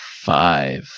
five